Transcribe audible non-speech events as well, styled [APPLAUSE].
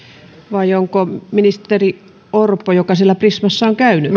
vai onko ministeri orpo joka siellä prismassa on käynyt [UNINTELLIGIBLE]